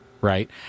right